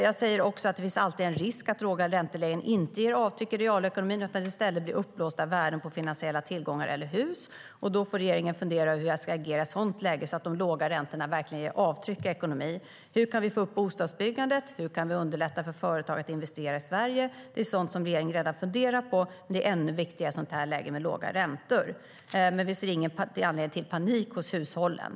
Jag sa också att det alltid finns en risk för att låga räntelägen inte ger avtryck i realekonomin utan att de i stället leder till uppblåsta värden på finansiella tillgångar eller hus. Då behöver regeringen fundera på hur man ska agera så att de låga räntorna verkligen ger avtryck i ekonomin. Hur kan vi få upp bostadsbyggandet? Hur kan vi underlätta för företag att investera i Sverige? Det är något som regeringen redan funderar på, men det är ännu viktigare i ett läge med låga räntor. Vi ser ingen anledning till panik hos hushållen.